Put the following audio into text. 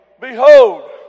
Behold